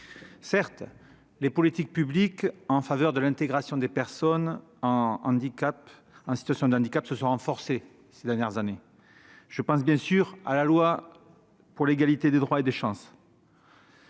Certes, les politiques publiques en faveur de l'intégration des personnes en situation de handicap ont été renforcées ces dernières années. Je pense bien sûr à la loi de 2005 pour l'égalité des droits et des chances,